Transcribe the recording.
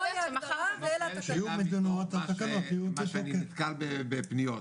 אני נזכר בפניות.